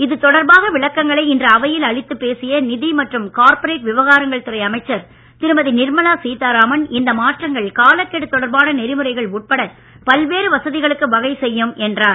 இது தொடர்பாக விளக்கங்களை இன்று அவையில் அளித்துப் பேசிய நிதி மற்றும் கார்ப்பரேட் விவகாரங்கள் துறை அமைச்சர் திருமதி நிர்மலா சீதாராமன் இந்த மாற்றங்கள் காலக்கெடு தொடர்பான நெறிமுறைகள் உட்பட பல்வேறு வசதிகளுக்கு வகை செய்யும் என்றார்